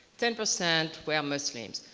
ten percent were muslims.